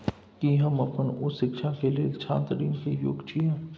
की हम अपन उच्च शिक्षा के लेल छात्र ऋण के योग्य छियै?